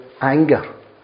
anger